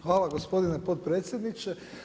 Hvala gospodine potpredsjedniče.